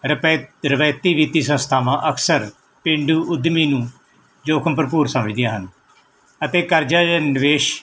ਰਪੈ ਰਵਾਇਤੀ ਵਿੱਤੀ ਸੰਸਥਾਵਾਂ ਅਕਸਰ ਪੇਂਡੂ ਉਦਮੀ ਜੋ ਕੰਮ ਭਰਭੂਰ ਸਮਝਦੀਆਂ ਹਨ ਅਤੇ ਕਰਜ਼ਾ ਜਾਂ ਨਿਵੇਸ਼